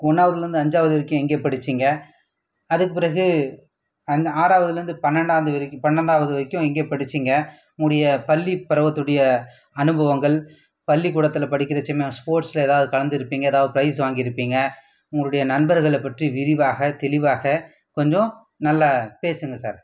ஒன்றாவதுல இருந்து அஞ்சாவது வரைக்கும் எங்கே படிச்சீங்க அதுக்கு பிறகு அந் ஆறாவதில் இருந்து பன்னெண்டாவது வரைக்கும் பன்னெண்டாவது வரைக்கும் எங்கே படிச்சீங்க உங்களுடயே பள்ளி பருவதோடைய அனுபவங்கள் பள்ளிக்கூடத்தில் படிக்கிற சின்ன ஸ்போர்ட்ஸில் ஏதாவது கலந்து இருப்பீங்க ஏதாவது ப்ரைஸ் வாங்கி இருப்பீங்க உங்களுடைய நண்பர்களை பற்றி விரிவாக தெளிவாக கொஞ்சம் நல்ல பேசுங்க சார்